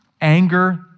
anger